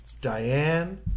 Diane